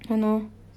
!hannor!